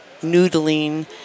noodling